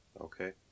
Okay